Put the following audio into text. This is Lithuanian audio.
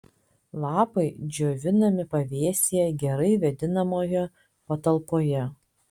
lapai džiovinami pavėsyje gerai vėdinamoje patalpoje